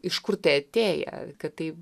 iš kur atėję kad tai